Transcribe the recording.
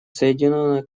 соединенное